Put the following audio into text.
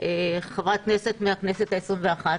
חברת כנסת מהכנסת העשרים-ואחת.